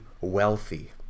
wealthy